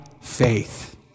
faith